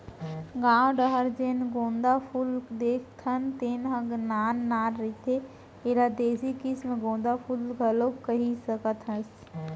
गाँव डाहर जेन गोंदा फूल देखथन तेन ह नान नान रहिथे, एला देसी किसम गोंदा फूल घलोक कहि सकत हस